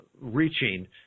reaching